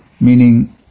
Meaning